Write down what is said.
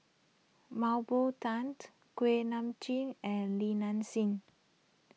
Mah Bow Tan Kuak Nam Jin and Li Nanxing